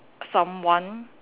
someone